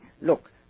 look